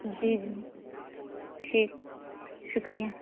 جی جی ٹھیک شکریہ